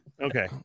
okay